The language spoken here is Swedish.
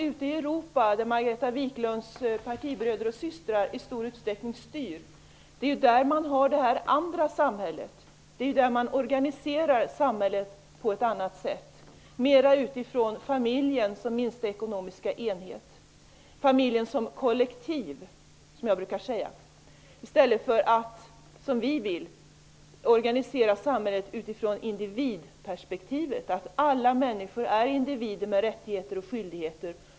Ute i Europa, där Margareta Viklunds partibröder och systrar i stor utsträckning styr, har man ju det här andra samhället. Där organiserar man samhället på ett annat sätt. Man gör det mera utifrån familjen som minsta ekonomiska enhet -- familjen som kollektiv, som jag brukar säga -- i stället för att, som vi vill, organisera samhället utifrån individperspektivet: Alla människor är individer med rättigheter och skyldigheter.